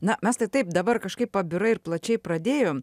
na mes tai taip dabar kažkaip pabirai ir plačiai pradėjom